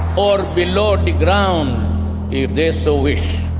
or below the ground if they so wish.